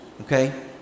Okay